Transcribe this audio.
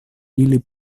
ili